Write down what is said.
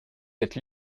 êtes